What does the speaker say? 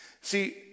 see